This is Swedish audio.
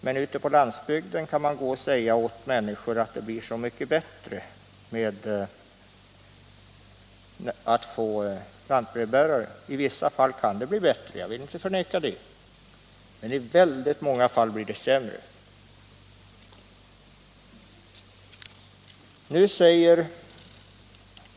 Men ute på landsbygden kan man säga till människorna att det blir så mycket bättre att få lantbrevbärare. I vissa fall kan det bli bättre, det vill jag inte förneka, men i väldigt många fall blir det sämre.